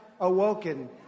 awoken